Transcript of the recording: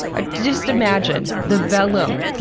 ah just imagine! the vellum!